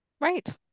Right